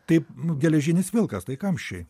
taip mu geležinis vilkas tai kamščiai